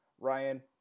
Ryan